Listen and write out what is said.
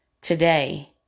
Today